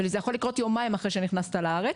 וזה יכול לקרות יומיים אחרים שנכנסת לארץ,